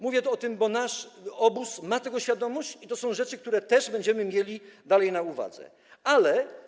Mówię tu o tym, bo nasz obóz ma tego świadomość i to są rzeczy, które też będziemy mieli dalej na uwadze.